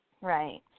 right